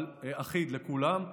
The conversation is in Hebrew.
אבל אחיד לכולם,